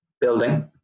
building